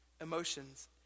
emotions